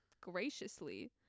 graciously